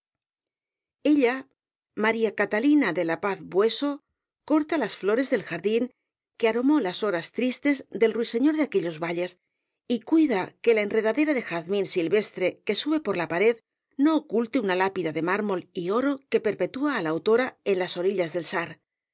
ella maría catalina de la paz bueso corta las epílogo sentimental flores del jardín que aromó las horas tristes del ruiseñor de aquellos valles y cuida que la enredadera de jazmín silvestre que sube por la pared no oculte una lápida de mármol y oro que perpetúa á la autora de en las orillas del sar